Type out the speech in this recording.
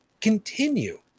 continue